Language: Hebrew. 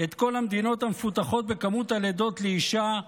את כל המדינות המפותחות בכמות הלידות לאישה.